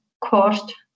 cost